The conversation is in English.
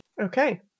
Okay